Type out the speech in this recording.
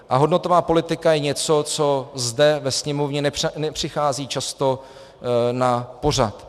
A hodnotová politika je něco, co zde ve Sněmovně nepřichází často na pořad.